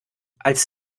als